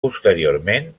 posteriorment